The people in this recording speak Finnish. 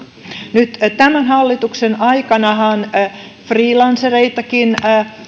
nyt tämän hallituksen aikanahan on laajennettu freelancereidenkin